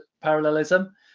parallelism